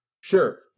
Sure